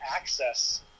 access